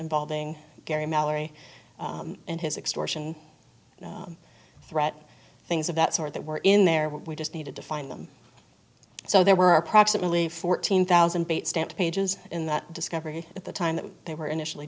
involving gary mallory and his extortion threat things of that sort that were in there we just needed to find them so there were approximately fourteen thousand bait stamped pages in that discovery at the time that they were initially